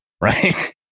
right